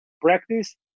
practice